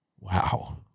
wow